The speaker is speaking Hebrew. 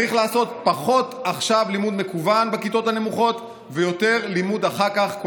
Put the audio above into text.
צריך לעשות עכשיו פחות לימוד מכוון בכיתות הנמוכות ויותר לימוד אחר כך,